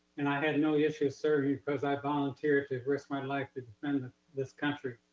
and i had no issue serving, cause i volunteered to risk my life to defend this country.